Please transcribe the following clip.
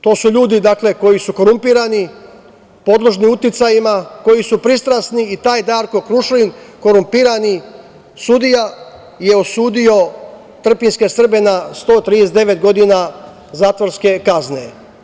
To su ljudi koji su korumpirani, podložni uticajima, koji su pristrasni i taj Darko Krušlin korumpirani sudija je osudio trpinjske Srbe na 139 godina zatvorske kazne.